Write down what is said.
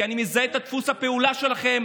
כי אני מזהה את דפוס הפעולה שלכם,